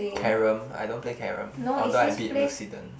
carom I don't play carom although I beat Wilsidon